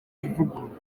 ivugururwa